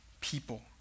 people